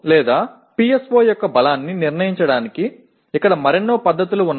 PO PSO இன் வலிமையை தீர்மானிக்க எத்தனை முறைகள் என்பது இங்கே தான் உள்ளன